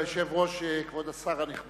כבוד היושב-ראש, כבוד השר הנכבד,